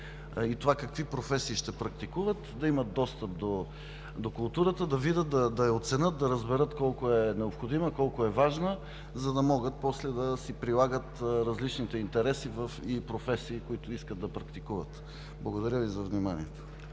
и това какви професии ще практикуват, да имат достъп до културата, да видят, да я оценят, да разберат колко е необходима, колко е важна, за да могат после да си прилагат различните интереси и професии, които искат да практикуват. Благодаря Ви за вниманието.